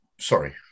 Sorry